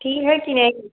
ठीक है कि नहीं